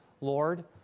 Lord